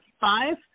Five